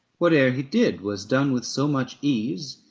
whate'er he did was done with so much ease,